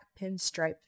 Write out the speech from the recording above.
pinstripe